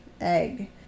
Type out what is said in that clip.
egg